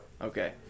Okay